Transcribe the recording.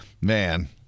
Man